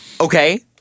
Okay